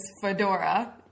fedora